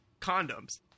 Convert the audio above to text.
condoms